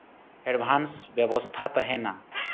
advance ᱵᱮᱵᱚᱥᱛᱷᱟ ᱛᱟᱦᱮᱱᱟ